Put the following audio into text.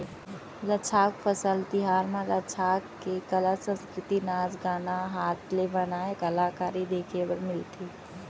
लद्दाख फसल तिहार म लद्दाख के कला, संस्कृति, नाच गाना, हात ले बनाए कलाकारी देखे बर मिलथे